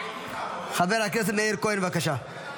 חבר הכנסת מאיר כהן, בבקשה.